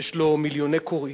יש לו מיליוני קוראים,